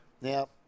Now